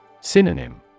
Synonym